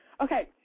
Okay